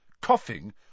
Coughing